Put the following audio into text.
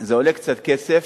זה עולה קצת כסף,